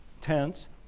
tense